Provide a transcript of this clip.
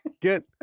get